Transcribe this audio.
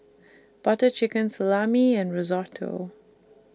Butter Chicken Salami and Risotto